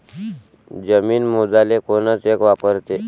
जमीन मोजाले कोनचं एकक वापरते?